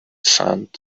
saint